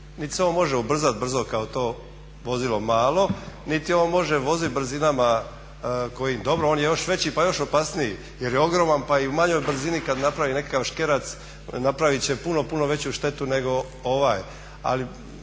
niti se on može ubrzati brzo kao to vozilo malo niti on može voziti brzinama, dobro on je još veći pa još opasniji jer je ogroman pa i manjoj brzini kada napravi nekakav škerac, napravit će puno, puno veću štetu nego ovaj.